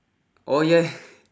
oh ya